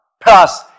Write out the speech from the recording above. plus